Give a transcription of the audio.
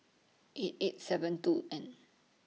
eight eight seven two end